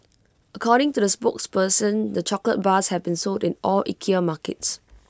according to the spokesperson the chocolate bars have been sold in all Ikea markets